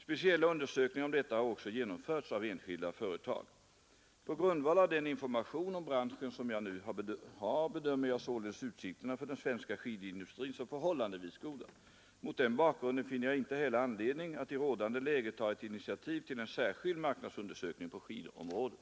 Speciella undersökningar om detta har också genomförts av enskilda företag. På grundval av den information om branschen som jag nu har bedömer jag således utsikterna för den svenska skidindustrin som förhållandevis goda. Mot den bakgrunden finner jag inte heller anledning att i rådande läge ta ett initiativ till en särskild marknadsundersökning på skidområdet.